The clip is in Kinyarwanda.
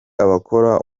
abakora